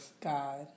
God